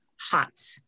Hot